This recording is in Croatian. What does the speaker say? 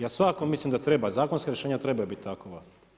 Ja svako mislim da treba, zakonska rješenja trebaju biti takva.